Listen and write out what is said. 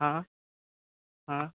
हां हां